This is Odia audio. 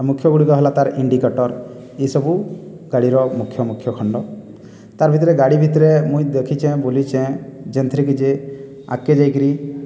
ଆଉ ମୁଖ୍ୟଗୁଡ଼ିକ ହେଲା ତା'ର ଇଣ୍ଡିକେଟର ଏ ସବୁ ଗାଡ଼ିର ମୁଖ୍ୟ ମୁଖ୍ୟ ଖଣ୍ଡ ତା'ର ଭିତରେ ଗାଡ଼ି ଭିତରେ ମୁଁ ଦେଖିଛି ମୁଁ ବୁଲିଛି ଯେଉଁଥିରେକି ଯିଏ ଆଗକୁ ଯାଇକରି